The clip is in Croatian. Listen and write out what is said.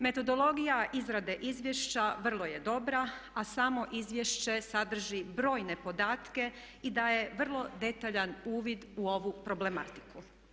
Metodologija izrade izvješća vrlo je dobra, a samo izvješće sadrži brojne podatke i daje vrlo detaljan uvid u ovu problematiku.